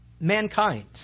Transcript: mankind